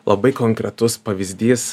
labai konkretus pavyzdys